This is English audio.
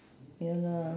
ya lah